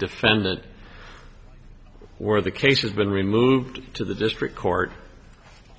defend that or the case has been removed to the district court